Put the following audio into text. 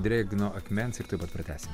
drėgno akmens ir tuoj pat pratęsim